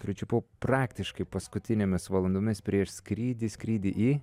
pričiupau praktiškai paskutinėmis valandomis prieš skrydį skrydį į